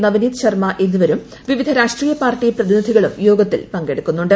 നവനീത് ശർമ്മ എന്നിവരും വിവിധ രാഷട്രീയ പാർട്ടി പ്രതിനിധികളും യോഗത്തിൽ പങ്കെടുക്കുന്നുണ്ട്